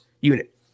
unit